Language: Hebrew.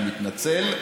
אני מתנצל,